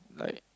like